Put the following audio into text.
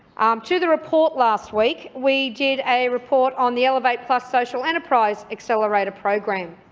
to the report last week, we did a report on the elevate plus social enterprise accelerator program.